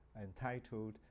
entitled